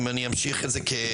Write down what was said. אם אני אמשיך את זה כמטאפורה,